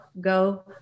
go